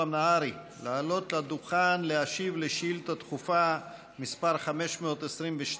נהרי לעלות לדוכן להשיב לשאילתה דחופה מס' 522,